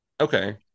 okay